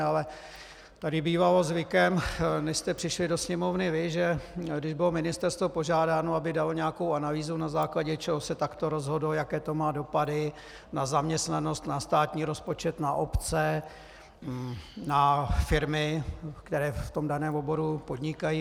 Ale tady bývalo zvykem, než jste přišli do Sněmovny vy, že když bylo ministerstvo požádáno, aby dalo nějakou analýzu, na základě čeho se takto rozhodlo, jaké to má dopady na zaměstnanost, na státní rozpočet, na obce, na firmy, které v tom daném oboru podnikají...